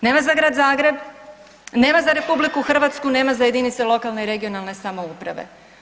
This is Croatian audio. Nema za grad Zagreb, nema za RH, nema za jedinice lokalne i regionalne samouprave.